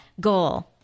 goal